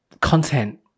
content